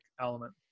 element